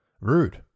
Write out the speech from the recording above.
rude